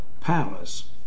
powers